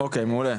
אוקיי, מעולה.